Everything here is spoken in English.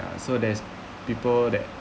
ya so there's people that